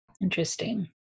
interesting